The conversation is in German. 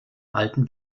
alten